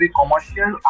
commercial